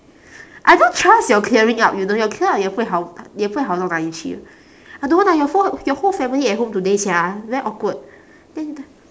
I don't trust your clearing up you know your clear up 也不会好也不会好 I don't want lah your fo~ your whole family at home today sia very awkward then th~